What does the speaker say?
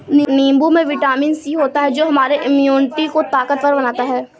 नींबू में vitamin C होता है जो हमारे इम्यूनिटी को ताकतवर बनाता है